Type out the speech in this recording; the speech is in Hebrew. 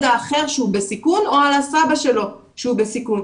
האחר שהוא בסיכון או על הסבא שלו שהוא בסיכון.